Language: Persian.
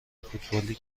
فوتبالی